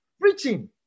preaching